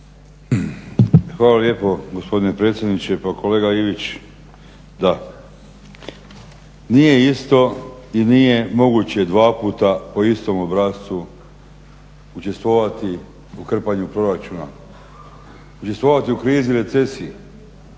Hvala lijepo gospodine predsjedniče. Pa kolega Ivić, da, nije isto i nije moguće dva puta po istom obrascu učestvovati u krpanju proračuna, učestvovati u krizi i recesiji.